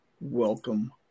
welcome